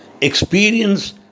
experience